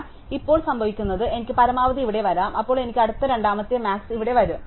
അതിനാൽ ഇപ്പോൾ സംഭവിക്കുന്നത് എനിക്ക് പരമാവധി ഇവിടെ വരാം അപ്പോൾ എനിക്ക് അടുത്ത രണ്ടാമത്തെ മാക്സ് ഇവിടെ വരും